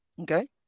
Okay